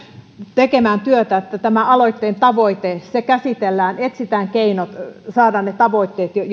tekemään työtä että tämä aloitteen tavoite käsitellään etsitään keinot saavuttaa ne tavoitteet